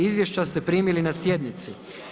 Izvješća ste primili na sjednici.